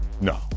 No